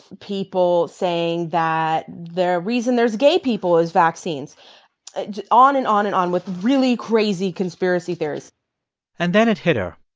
people saying that the reason there's gay people is vaccines on and on and on with really crazy conspiracy theories and then it hit her.